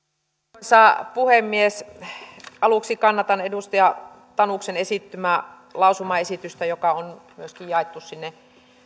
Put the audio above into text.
arvoisa puhemies aluksi kannatan edustaja tanuksen esittämää lausumaesitystä joka on myöskin jaettu teille sinne